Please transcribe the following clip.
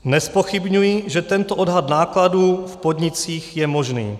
Nezpochybňuji, že tento odhad nákladů v podnicích je možný.